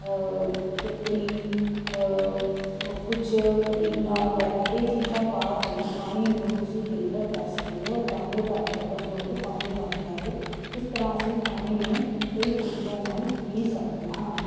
ਕੱਕੜੀ ਕੁਛ ਪੁਦੀਨਾ ਵਗੈਰਾ ਇਹ ਚੀਜ਼ਾਂ ਪਾ ਕੇ ਪਾਣੀ ਨੂੰ ਤੁਸੀਂ ਫਿਲਟਰ ਕਰ ਸਕਦੇ ਹੋ ਤਾਂ ਜੋ ਤੁਹਾਡੇ ਉਹ ਯੋਗ ਪਾਣੀ ਬਣ ਜਾਵੇ ਇਸ ਤਰ੍ਹਾਂ ਅਸੀਂ ਪਾਣੀ ਨੂੰ ਕਈ ਤਰੀਕਿਆਂ ਨਾਲ ਪੀ ਸਕਦੇ ਹਾਂ